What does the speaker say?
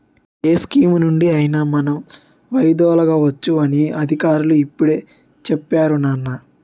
ఏ స్కీమునుండి అయినా మనం వైదొలగవచ్చు అని అధికారులు ఇప్పుడే చెప్పేరు నాన్నా